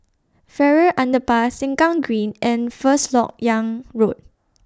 Farrer Underpass Sengkang Green and First Lok Yang Road